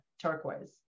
turquoise